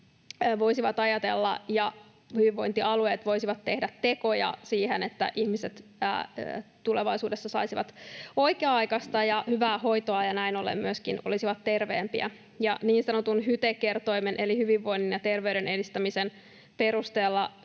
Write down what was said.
voisivat ajatella ja hyvinvointialueet voisivat tehdä tekoja siihen, että ihmiset tulevaisuudessa saisivat oikea-aikaista ja hyvää hoitoa ja näin ollen myöskin olisivat terveempiä. Niin sanotun HYTE-kertoimen eli hyvinvoinnin ja terveyden edistämisen perusteella